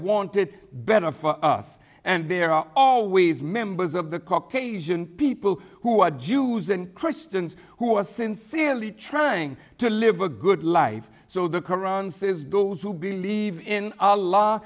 wanted better for us and there are always members of the caucasian people who are jews and christians who are sincerely trying to live a good life so the qur'an says those who believe in a law